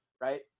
right